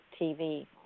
TV